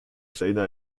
kleiner